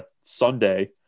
Sunday